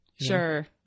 Sure